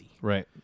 Right